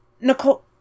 Nicole